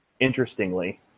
interestingly